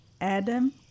Adam